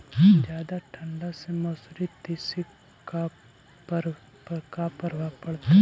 जादा ठंडा से मसुरी, तिसी पर का परभाव पड़तै?